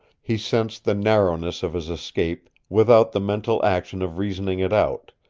he sensed the narrowness of his escape without the mental action of reasoning it out,